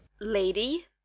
Lady